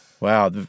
wow